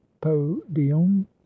podium